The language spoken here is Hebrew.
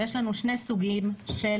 יש לנו שני סוגים של